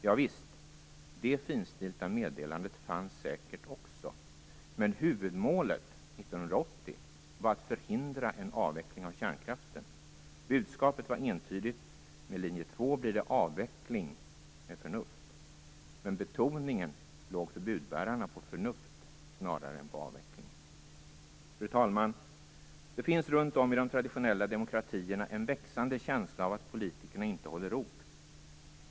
Javisst, det finstilta meddelandet fanns säkert också. Men huvudmålet 1980 var att förhindra en avveckling av kärnkraften. Budskapet var entydigt: Med linje 2 blir det "avveckling med förnuft". Men betoningen låg för budbärarna på "förnuft" snarare än på "avveckling". Fru talman! Det finns runt om i de traditionella demokratierna en växande känsla av att politikerna inte håller ord.